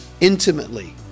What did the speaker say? intimately